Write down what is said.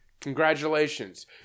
Congratulations